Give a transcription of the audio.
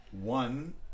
one